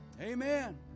Amen